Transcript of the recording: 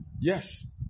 Yes